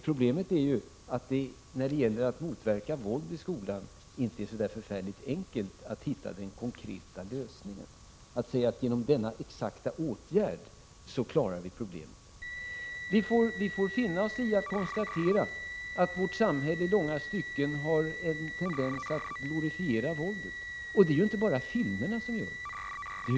Problemet när det gäller att motverka våld i skolan är ju att det inte är så förfärligt enkelt att hitta den konkreta lösningen eller att säga att man med en bestämd åtgärd kan lösa problemet. Vi får finna oss i att konstatera att vårt samhälle i långa stycken har en tendens att glorifiera våldet. Det är inte bara filmerna som gör det.